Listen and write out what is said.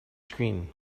screen